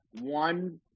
one